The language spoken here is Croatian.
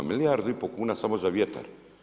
Milijardu i pol kuna samo za vjetar.